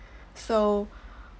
so